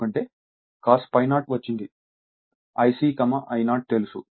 ఎందుకంటే cos ∅0 వచ్చింది IcI0 తెలుసు